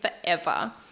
forever